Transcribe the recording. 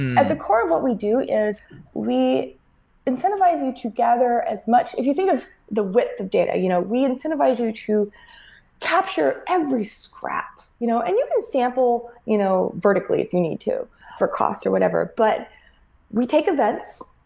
at the core of what we do is we incentive you to gather as much if you think of the width of data, you know we incentivize you to capture every scrap, you know and you can sample you know vertically if you need to for cost or whatever. but we take events,